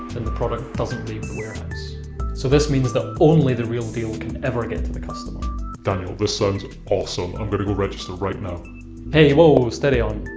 and the product doesn't leave the warehouse so this means that only the real deal can ever get to the customer daniel, this sounds awesome, i'm gonna go register right now hey, woah, steady on.